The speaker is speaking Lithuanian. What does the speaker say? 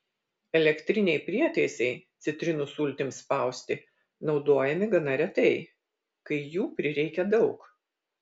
elektriniai prietaisai citrinų sultims spausti naudojami gana retai kai jų prireikia daug